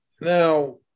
now